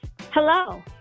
Hello